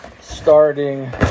starting